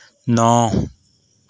ਨੌਂ